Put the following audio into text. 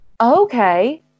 Okay